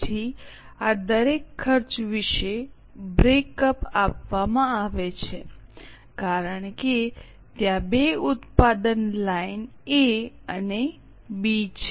પછી આ દરેક ખર્ચ વિશે બ્રેક અપ આપવામાં આવે છે કારણ કે ત્યાં બે ઉત્પાદન લાઇન એ અને બી છે